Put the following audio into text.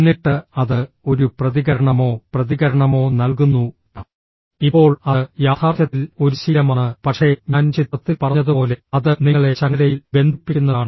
എന്നിട്ട് അത് ഒരു പ്രതികരണമോ പ്രതികരണമോ നൽകുന്നു ഇപ്പോൾ അത് യാഥാർത്ഥ്യത്തിൽ ഒരു ശീലമാണ് പക്ഷേ ഞാൻ ചിത്രത്തിൽ പറഞ്ഞതുപോലെ അത് നിങ്ങളെ ചങ്ങലയിൽ ബന്ധിപ്പിക്കുന്നതാണ്